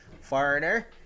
foreigner